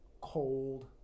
cold